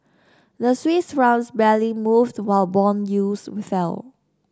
the Swiss Franc barely moved while bond yields fell